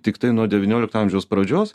tiktai nuo devyniolikto amžiaus pradžios